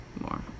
More